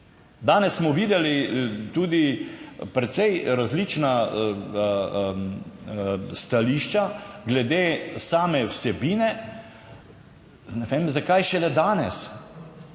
Danes smo videli tudi precej različna stališča glede same vsebine. Ne vem, zakaj šele danes?